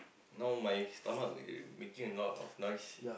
now my stomach making a lot of noise